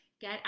get